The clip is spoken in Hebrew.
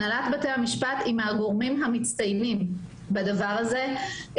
הנהלת בתי המשפט היא מהגורמים המצטיינים בדבר הזה,